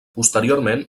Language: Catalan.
posteriorment